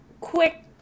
quick